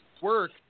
work